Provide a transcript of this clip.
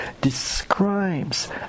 describes